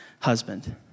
husband